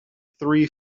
three